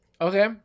okay